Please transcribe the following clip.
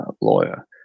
lawyer